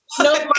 No